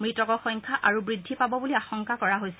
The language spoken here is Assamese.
মৃতকৰ সংখ্যা আৰু বৃদ্ধি পাব বুলি আশংকা কৰা হৈছে